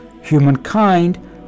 ...humankind